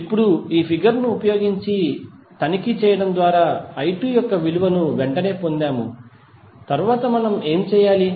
ఇప్పుడు ఈ ఫిగర్ ను ఉపయోగించి తనిఖీ చేయటం ద్వారా i2 యొక్క విలువను వెంటనే పొందాము తరువాత మనం ఏమి చేయాలి